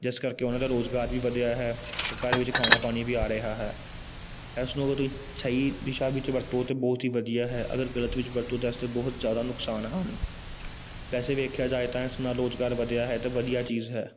ਜਿਸ ਕਰਕੇ ਉਹਨਾਂ ਦਾ ਰੁਜ਼ਗਾਰ ਵੀ ਵਧਿਆ ਹੈ ਅਤੇ ਘਰ ਵਿੱਚ ਖਾਣਾ ਪਾਣੀ ਵੀ ਆ ਰਿਹਾ ਹੈ ਇਸ ਨੂੰ ਅਗਰ ਤੁਸੀਂ ਸਹੀ ਦਿਸ਼ਾ ਵਿੱਚ ਵਰਤੋਂ ਤਾਂ ਬਹੁਤ ਹੀ ਵਧੀਆ ਹੈ ਅਗਰ ਗਲਤ ਵਿੱਚ ਵਰਤੋਂ ਤਾਂ ਇਸ ਦੇ ਬਹੁਤ ਜ਼ਿਆਦਾ ਨੁਕਸਾਨ ਹਨ ਵੈਸੇ ਵੇਖਿਆ ਜਾਏ ਤਾਂ ਇਸ ਨਾਲ ਰੁਜ਼ਗਾਰ ਵਧਿਆ ਹੈ ਅਤੇ ਵਧੀਆ ਚੀਜ਼ ਹੈ